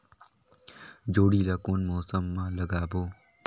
जोणी ला कोन मौसम मा लगाबो?